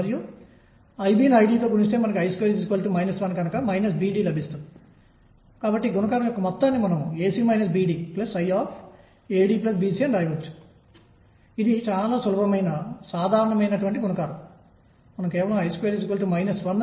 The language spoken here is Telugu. మరియు హైడ్రోజన్ పరమాణువు కాకుండా 1 Dఏక మితీయ వ్యవస్థలు లేదా ఇతర వ్యవస్థ వ్యవస్థల యొక్క సమాధానాలను ఎలా పొందాలో ఒక సిద్ధాంతాన్ని అభివృద్ధి చేసి సమాధానాలను కనుగొనవలసి ఉంది